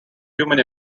human